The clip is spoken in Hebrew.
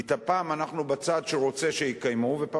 כי פעם אנחנו בצד שרוצה שיקיימו ופעם